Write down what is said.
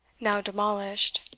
now demolished,